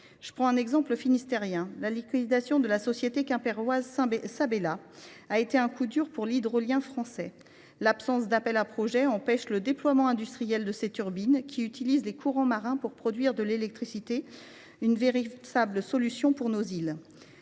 Je prendrai un exemple finistérien : la liquidation de la société quimpéroise Sabella a été un coup dur pour l’hydrolien français. L’absence d’appel à projets empêche le déploiement industriel de ces turbines qui utilisent les courants marins pour produire de l’électricité, offrant ainsi une solution de choix pour nos îles.